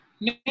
No